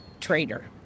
Traitor